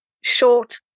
short